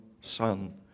son